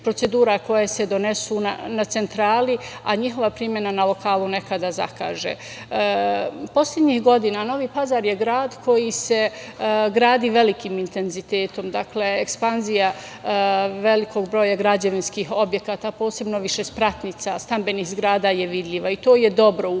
koje se donesu na centrali, a njihova primena na lokalnu nekada zakaže. Poslednjih godina Novi Pazar je grad koji se gradi velikim intenzitetom, ekspanzija velikog broja građevinskih objekata, posebno višespratnica, stambenih zgrada je vidljiva. To je dobro u